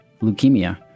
leukemia